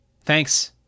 Thanks